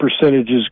percentages